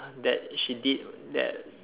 that she did that